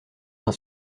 d’un